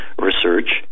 research